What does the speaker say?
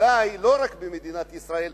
אולי לא רק של מדינת ישראל,